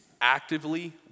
actively